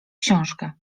książkę